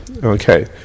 Okay